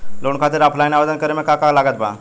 Loan खातिर offline आवेदन करे म का का लागत बा?